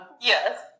yes